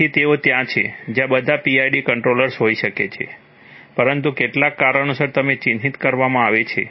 તેથી તેઓ ત્યાં છે જ્યાં બધા PID કંટ્રોલર્સ હોઈ શકે છે પરંતુ કેટલાક કારણોસર તેમને ચિહ્નિત કરવામાં આવે છે